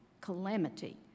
calamity